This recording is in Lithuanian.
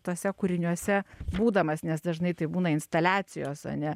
tuose kūriniuose būdamas nes dažnai tai būna instaliacijos o ne